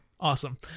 Awesome